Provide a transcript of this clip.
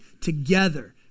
together